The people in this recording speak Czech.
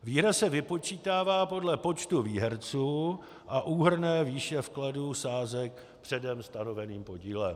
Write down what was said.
Výhra se vypočítává podle počtu výherců a úhrnné výše vkladů sázek předem stanoveným podílem.